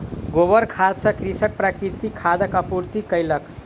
गोबर खाद सॅ कृषक प्राकृतिक खादक आपूर्ति कयलक